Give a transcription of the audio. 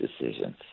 decisions